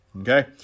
Okay